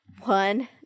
One